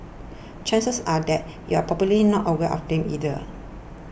chances are that you're probably not aware of them either